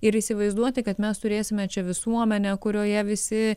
ir įsivaizduoti kad mes turėsime čia visuomenę kurioje visi